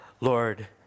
Lord